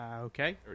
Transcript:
Okay